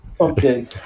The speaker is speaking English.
Okay